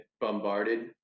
bombarded